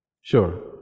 Sure